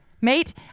mate